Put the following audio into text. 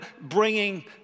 bringing